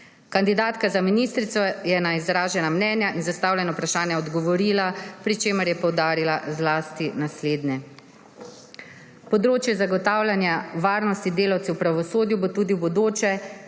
Kandidatka za ministrico je na izražena mnenja in zastavljena vprašanja odgovorila, pri čemer je poudarila zlasti naslednje: področje zagotavljanja varnosti delavcev v pravosodju bo tudi v bodoče